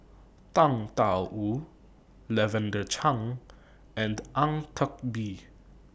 Tang DA Wu Lavender Chang and Ang Teck Bee